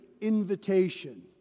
invitation